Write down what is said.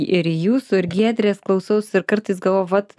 ir jūsų ir giedrės klausausi ir kartais galvoju vat